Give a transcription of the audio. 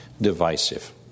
divisive